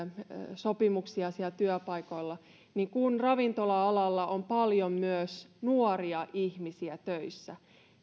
sopimuksia siellä työpaikoilla ja kun ravintola alalla on paljon myös nuoria ihmisiä töissä